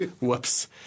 Whoops